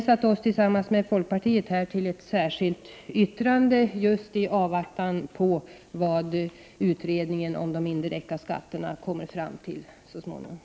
Vi har tillsammans med folkpartiet begränsat oss till ett särskilt yttrande just i avvaktan på vad man kommer fram till så småningom i utredningen om de indirekta skatterna.